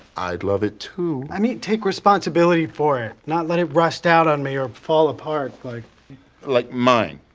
i'd love it too. i mean take responsibility for it, not let it rust out on me or fall apart like like mine?